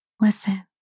Listen